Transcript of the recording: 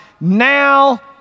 now